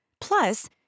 Plus